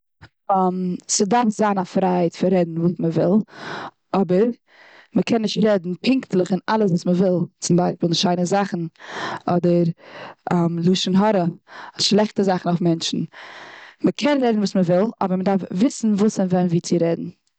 ס'דארף זיין א פרייהייט פון רעדן וואס מ'וויל. אבער מ'קען נישט רעדן פונקטליך און אלעס וואס מ'וויל. צום ביישפיל נישט שיינע זאכן, אדער לשון הרע, אדער שלעכטע זאכן אויף מענטשן. מ'קען רעדן וואס מ'וויל, אבער מ'דארף וויסן וואס, און ווען, ווי, צו רעדן.